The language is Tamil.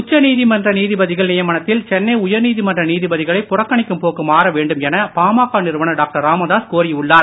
உச்சநீதிமன்ற நீதிபதிகள் நியமனத்தில் சென்னை உயர்நீதிமன்ற நீதிபதிகளை புறக்கணிக்கும் போக்கு மாறவேண்டும் என பாமக நிறுவனர் டாக்டர் ராமதாஸ் கோரியுள்ளார்